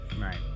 Right